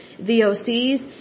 VOCs